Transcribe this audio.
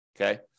Okay